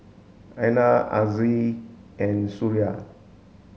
Aina Aziz and Suria